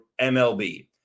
MLB